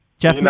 Jeff